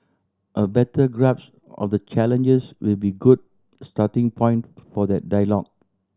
a better grapes of the challenges will be good starting point for that dialogue